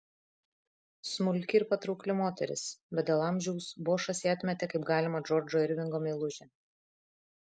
smulki ir patraukli moteris bet dėl amžiaus bošas ją atmetė kaip galimą džordžo irvingo meilužę